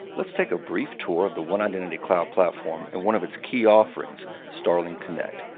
let's take a brief tour of the one identity cloud platform and one of its key offerings, starling connect,